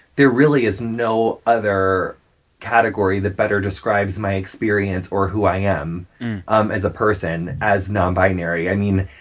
there really is no other category that better describes my experience or who i am um as a person as nonbinary. i mean,